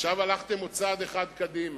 עכשיו הלכתם עוד צעד אחד קדימה.